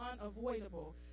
unavoidable